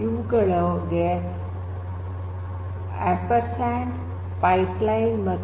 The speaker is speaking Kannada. ಇವುಗಳಿಗೆ || ಮತ್ತು